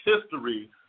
history